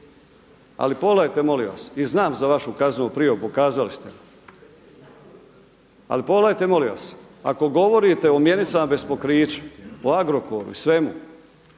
Ali pogledajte molim vas i znam za vašu kaznenu prijavu, pokazali ste. Ali pogledajte molim vas. Ako govorite o mjenicama bez pokrića, o Agrokoru i svemu